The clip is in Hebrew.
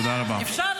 תנו לו לסיים.